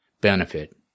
benefit